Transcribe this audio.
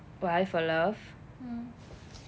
why for love